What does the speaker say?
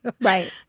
Right